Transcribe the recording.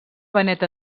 benet